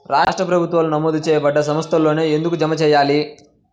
రాష్ట్ర ప్రభుత్వాలు నమోదు చేయబడ్డ సంస్థలలోనే ఎందుకు జమ చెయ్యాలి?